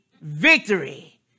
victory